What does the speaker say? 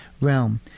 realm